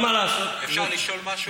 אפשר לשאול משהו?